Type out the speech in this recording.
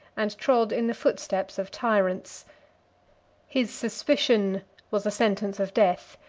and trod in the footsteps of tyrants his suspicion was a sentence of death,